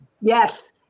Yes